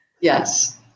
Yes